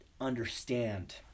understand